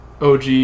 OG